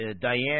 Diane